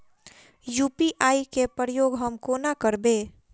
UPI केँ प्रयोग हम कोना करबे?